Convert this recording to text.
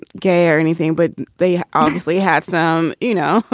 gay or anything, but they obviously have some you know,